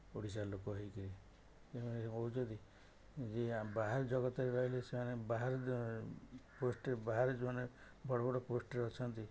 ଓଡ଼ିଶାର ଲୋକ ହୋଇକରି ସେମାନେ ଭାବୁଛନ୍ତି ଯେ ଆମେ ବାହାର ଜଗତରେ ରହିକରି ବାହାର ପୋଷ୍ଟ୍ରେ ବାହାରେ ଯେଉଁମାନେ ବଡ଼ ବଡ଼ ପୋଷ୍ଟ୍ରେ ଅଛନ୍ତି